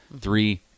three